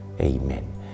Amen